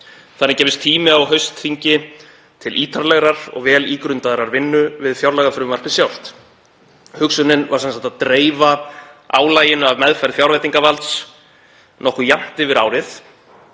Þannig gæfist tími á haustþingi til ítarlegrar og vel ígrundaðrar vinnu við fjárlagafrumvarpið sjálft. Hugsunin var sem sagt að dreifa álaginu af meðferð fjárveitingavalds nokkuð jafnt yfir árið